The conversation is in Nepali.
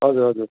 हजुर हजुर